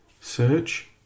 search